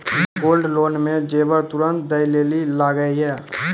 Gold loan मे जेबर तुरंत दै लेली लागेया?